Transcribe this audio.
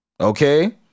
okay